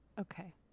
Okay